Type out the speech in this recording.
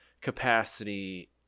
capacity